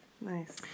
Nice